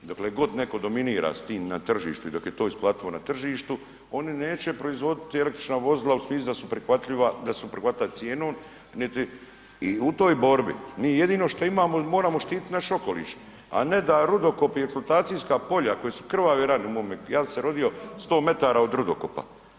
Dokle god netko dominira s tim na tržištu i dok je to isplativo na tržištu oni neće proizvoditi električna vozila u smislu da su prihvatljiva cijenom, niti, i u toj borbi mi jedino što imamo moramo štiti naš okoliš, a ne da rudokopi i eksploatacijska polja koja su krvave rane u mome, ja sam se rodio 100 metara od rudokopa.